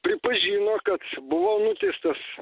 pripažino kad buvau nuteistas